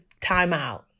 timeout